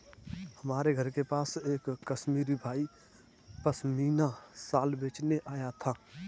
हमारे घर के पास एक कश्मीरी भाई पश्मीना शाल बेचने आया था